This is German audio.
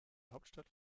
hauptstadt